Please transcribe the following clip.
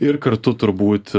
ir kartu turbūt